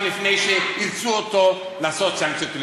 לפני שאילצו אותו לעשות סנקציות פליליות.